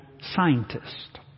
scientist